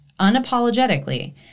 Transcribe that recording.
unapologetically